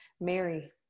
Mary